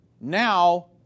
now